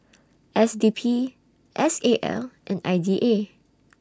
S D P S A L and I D A